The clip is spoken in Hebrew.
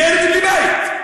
ילד בלי בית.